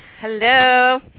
Hello